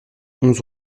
onze